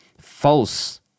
false